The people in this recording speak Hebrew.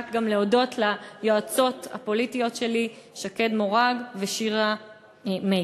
גם להודות ליועצות הפוליטיות שלי שקד מורג ושירה מייקין.